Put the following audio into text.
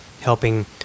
helping